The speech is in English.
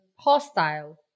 hostile